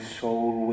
soul